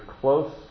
close